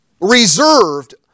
reserved